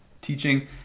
teaching